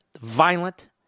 violent